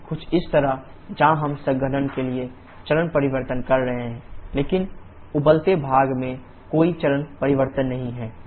कुछ इस तरह जहां हम संघनन के लिए चरण परिवर्तन कर रहे हैं लेकिन उबलते भाग में कोई चरण परिवर्तन नहीं है